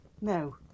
No